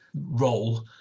role